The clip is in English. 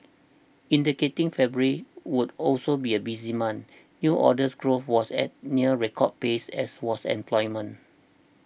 indicating February would also be a busy month new orders growth was at a near record pace as was employment